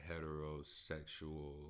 heterosexual